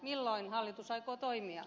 milloin hallitus aikoo toimia